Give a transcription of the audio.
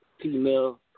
female